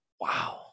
Wow